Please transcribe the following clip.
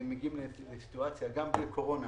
גם בגלל הקורונה